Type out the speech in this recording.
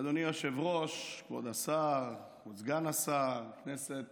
אדוני היושב-ראש, כבוד השר, סגן השר, כנסת נכבדה,